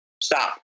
stop